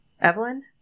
Evelyn